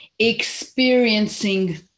experiencing